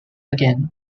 again